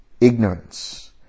Ignorance